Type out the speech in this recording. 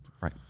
Right